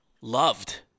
loved